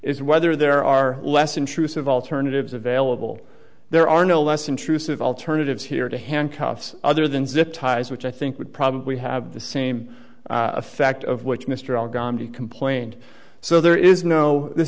is whether there are less intrusive alternatives available there are no less intrusive alternatives here to handcuffs other than zip ties which i think would probably have the same effect of which mr alghamdi complained so there is no this